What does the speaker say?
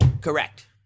Correct